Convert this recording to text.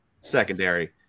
secondary